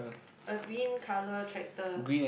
a green color tractor